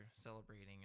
celebrating